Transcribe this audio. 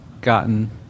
gotten